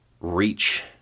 reach